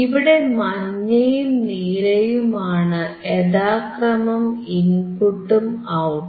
ഇവിടെ മഞ്ഞയും നീലയുമാണ് യഥാക്രമം ഇൻപുട്ടും ഔട്ട്പുട്ടും